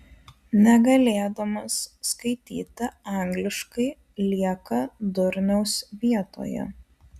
negalėdamas skaityti angliškai lieka durniaus vietoje